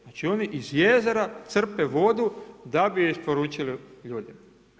Znači oni iz jezera crpe vodu da bi isporučili ljudima.